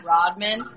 Rodman